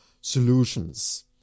solutions